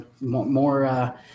More